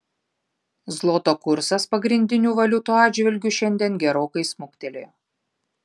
zloto kursas pagrindinių valiutų atžvilgiu šiandien gerokai smuktelėjo